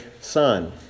son